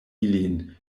ilin